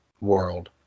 world